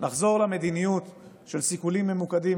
לחזור למדיניות של סיכולים ממוקדים,